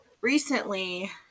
recently